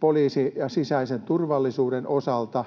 poliisin ja sisäisen turvallisuuden osalta.